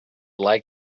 like